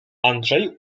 andrzej